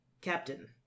Captain